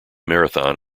marathon